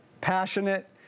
passionate